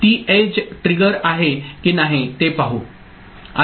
ती edge trigger आहे की नाही ते पाहू